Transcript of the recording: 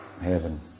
heaven